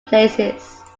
places